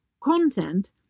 content